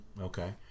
Okay